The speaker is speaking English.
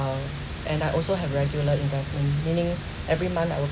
and I also have regular investment meaning every month I will